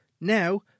Now